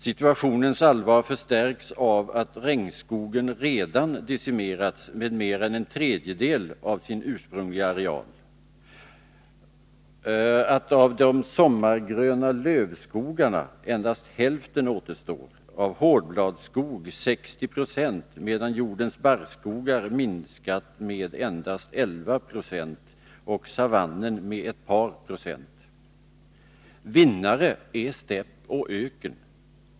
Situationens allvar förstärks av att regnskogen redan decimerats med mer än en tredjedel av sin ursprungliga areal, av att av de sommargröna lövskogarna endast hälften återstår och av hårdbladskog 60 26, medan jordens barrskogar minskat med endast 11 90 och savannen med ett par procent. Vinnare är stäpp och öken.